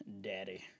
Daddy